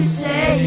say